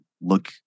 look